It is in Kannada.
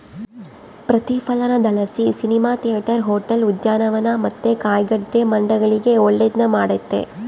ಪ್ರತಿಫಲನದಲಾಸಿ ಸಿನಿಮಾ ಥಿಯೇಟರ್, ಹೋಟೆಲ್, ಉದ್ಯಾನವನ ಮತ್ತೆ ಕಾಯಿಗಡ್ಡೆ ಮಂಡಿಗಳಿಗೆ ಒಳ್ಳೆದ್ನ ಮಾಡೆತೆ